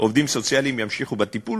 עובדים סוציאליים ימשיכו בטיפול,